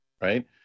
Right